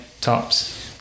tops